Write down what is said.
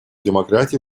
демократий